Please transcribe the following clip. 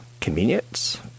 convenience